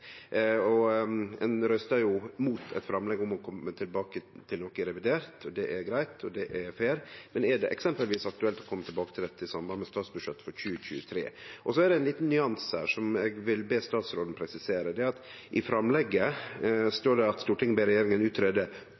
Ein røystar jo mot eit framlegg om å kome tilbake til noko i revidert. Det er greitt, og det er fair, men er det eksempelvis aktuelt å kome tilbake til dette i samband med statsbudsjettet for 2023? Så er det ein liten nyanse her som eg vil be statsråden presisere. I framlegget står det: «Stortinget ber regjeringen utrede